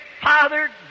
Father